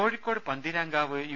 Kozhikode Pantheerankavu U